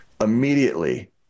immediately